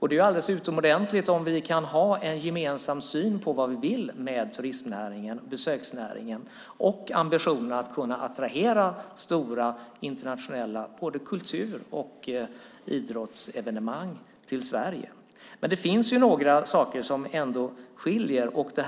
Det är alldeles utomordentligt om vi kan ha en gemensam syn på vad vi vill med turist och besöksnäringen och ambitionen att kunna attrahera stora internationella både kultur och idrottsevenemang till Sverige. Men det finns några saker där vi ändå skiljer oss åt.